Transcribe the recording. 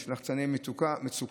יש לחצני מצוקה,